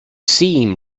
seam